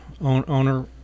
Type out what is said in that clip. owner